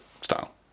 style